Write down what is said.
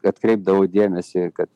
atkreipdavau dėmesį kad